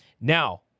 Now